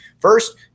First